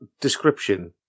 description